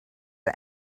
you